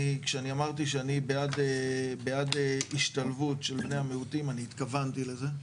כשאני אמרתי שאני בעד השתלבות של בני המיעוטים אני התכוונתי לזה,